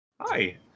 Hi